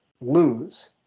lose